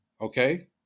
Okay